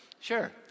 Sure